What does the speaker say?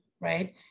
right